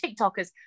TikTokers